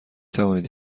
توانید